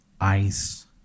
ice